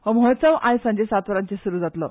हो महोत्सव फाल्यां सांजे सात वरांचेर सुरू जातलो